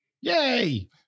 yay